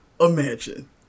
Imagine